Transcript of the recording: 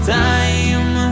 time